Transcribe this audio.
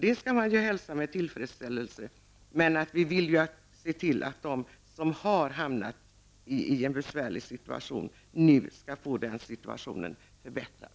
Det skall man hälsa med tillfredsställse, men vi vill se till att de som har hamnat i en besvärlig situation nu skall få sin situation förbättrad.